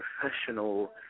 professional